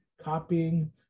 copying